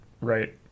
right